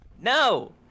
No